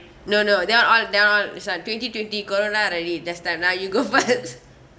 no no there aren't there aren't this one twenty twenty corona already there's time nah you go first